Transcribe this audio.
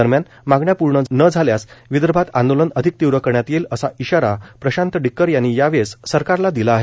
दरम्यान मागण्या पूर्ण न झाल्यास विदर्भात आंदोलन अधिक तीव्र करण्यात येईल असा इशारा प्रशांत डिक्कर यांनी या वेळेस सरकारला दिला आहे